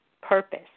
Purpose